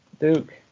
Duke